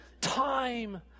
Time